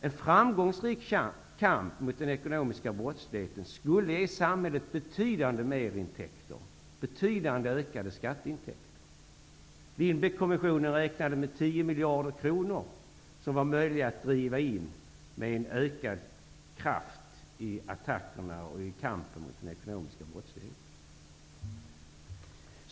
En framgångsrik kamp mot den ekonomiska brottsligheten skulle ge samhället betydande merintäkter, betydligt ökade skatteinkomster. Lindbeckkommissionen räknade med 10 miljarder kronor som var möjliga att dra in med ökad kraft i attackerna i kampen mot den ekonomiska brottsligheten.